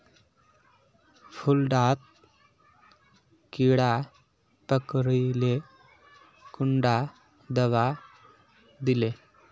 फुल डात कीड़ा पकरिले कुंडा दाबा दीले?